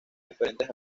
diferentes